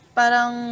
parang